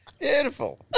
Beautiful